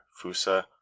Fusa